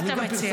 מה אתה מציע?